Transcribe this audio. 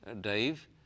Dave